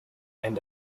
end